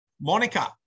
monica